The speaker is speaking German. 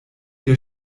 der